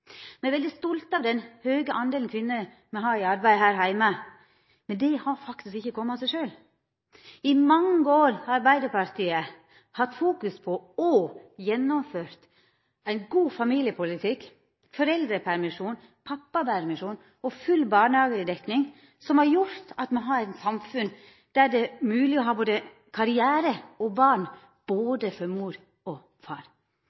Me er veldig stolte av den høge prosentdelen kvinner me har i arbeid her heime, men det har faktisk ikkje kome av seg sjølv. I mange år har Arbeidarpartiet fokusert på og gjennomført ein god familiepolitikk, med foreldrepermisjon, pappapermisjon og full barnehagedekning, noko som har gjort at me har eit samfunn der det er mogleg å ha både karriere og barn for både mor og far.